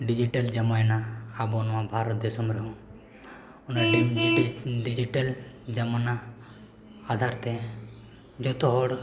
ᱡᱟᱢᱟᱱᱟ ᱟᱵᱚ ᱱᱚᱣᱟ ᱵᱷᱟᱨᱚᱛ ᱫᱤᱥᱚᱢ ᱨᱮᱦᱚᱸ ᱚᱱᱟ ᱡᱟᱢᱟᱱᱟ ᱟᱫᱷᱟᱨᱛᱮ ᱡᱚᱛᱚ ᱦᱚᱲ